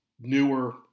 newer